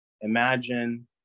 imagine